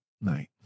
night